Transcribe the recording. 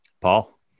Paul